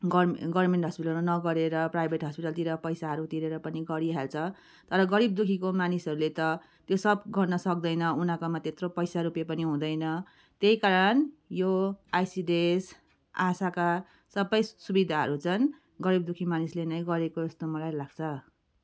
गर्मे गर्मेन हस्पिटलमा नगरेर प्राइभेट हस्पिटलतिर पैसाहरू तिरेर पनि गरिहाल्छ तर गरिब दुःखीको मानिसहरूले त त्यो सब गर्न सक्दैन उनीहरूकोमा त्यत्रो पैसा रुपियाँ पनि हुँदैन त्यही कारण यो आइसिडिएस आशाका सबै सुविधाहरूजन गरिब दुःखी मानिसले नै गरेको जस्तो मलाई लाग्छ